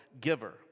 giver